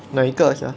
哪一个 sia